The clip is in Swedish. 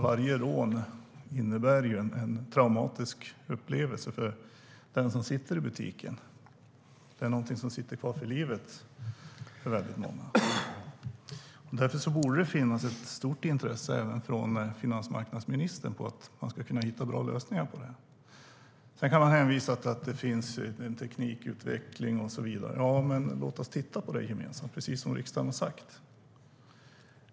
Varje rån är ju en traumatisk upplevelse för den som arbetar i butiken. Det är något som sitter kvar för livet för många. Därför borde det finnas ett stort intresse även från finansmarknadsministern att hitta bra lösningar på problemet. Det hänvisas till att det sker teknikutveckling och så vidare. Ja, men låt oss titta på det gemensamt, precis som riksdagen har sagt.